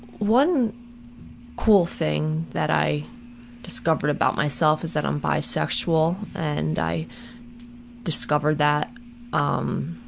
one cool thing that i discovered about myself is that i'm bisexual, and i discovered that um,